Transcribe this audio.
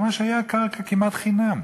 פעם קרקע הייתה ממש כמעט חינם.